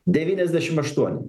devyniasdešim aštuoni